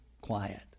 quiet